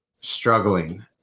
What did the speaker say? struggling